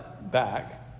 back